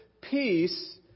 Peace